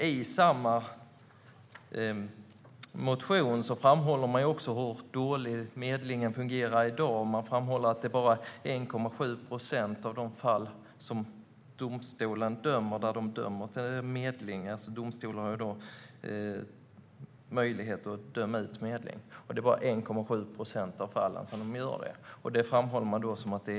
I samma motion framhåller man också hur dåligt medlingen fungerar i dag och att det bara är 1,7 procent av de fall som döms i domstol där medling utdöms. Domstolarna har alltså möjlighet att döma till medling, och det är bara i 1,7 procent av fallen de gör det - vilket man framhåller som en för låg andel.